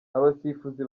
abasifuzi